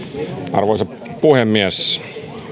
arvoisa puhemies